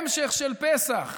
המשך של פסח,